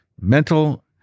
mental